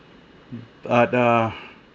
but ah